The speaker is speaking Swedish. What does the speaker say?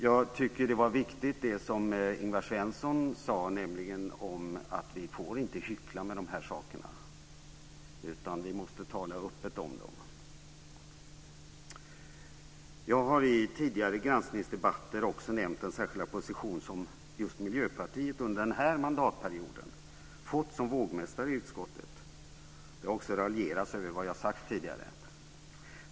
Jag tycker att det som Ingvar Svensson sade om att vi inte får hyckla med dessa saker utan måste tala öppet om dem var viktigt. Jag har i tidigare granskningsdebatter också nämnt den särskilda position som just Miljöpartiet under denna mandatperiod fått som vågmästare i utskottet. Det har också raljerats över vad jag har sagt tidigare.